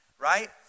right